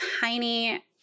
tiny